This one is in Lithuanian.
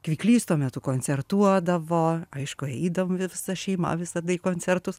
kviklys tuo metu koncertuodavo aišku eidavom visa šeima visada į koncertus